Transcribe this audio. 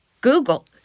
Google